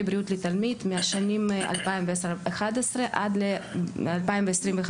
בריאות לתלמיד מהשנים 2011-2010 עד 2022-2021,